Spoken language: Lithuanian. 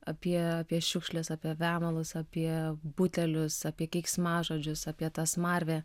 apie apie šiukšles apie vemalus apie butelius apie keiksmažodžius apie tą smarvę